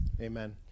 Amen